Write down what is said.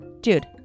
Jude